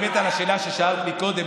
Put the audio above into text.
על השאלה ששאלת מקודם,